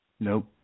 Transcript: Nope